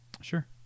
Sure